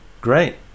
Great